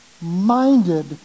minded